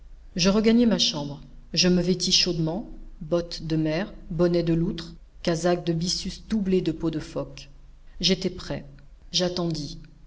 je regagnai ma chambre je me vêtis chaudement bottes de mer bonnet de loutre casaque de byssus doublée de peau de phoque j'étais prêt j'attendis les